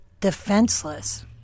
defenseless